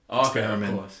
experiment